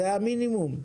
זה המינימום.